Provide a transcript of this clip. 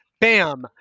bam